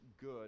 good